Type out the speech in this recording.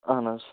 اَہَن حظ